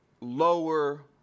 lower